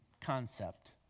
concept